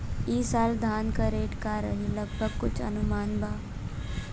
ई साल धान के रेट का रही लगभग कुछ अनुमान बा?